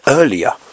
earlier